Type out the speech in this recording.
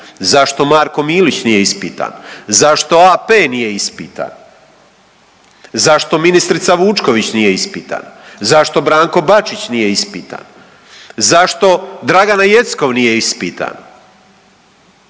Zašto Marko Milić nije ispitan? Zašto AP nije ispitan? Zašto ministrica Vučković nije ispitana? Zašto Branko Bačić nije ispitan? Zašto Dragana Jeckov nije ispitana?